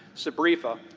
sbrefa,